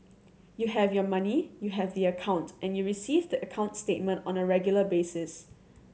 you have your money you have the account and you receive the account statement on a regular basis